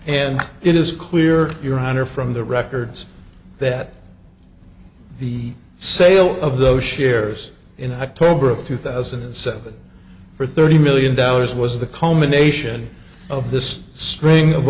and it is clear your honor from the records that the sale of those shares in october of two thousand and seven for thirty million dollars was the culmination of this string of